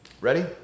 Ready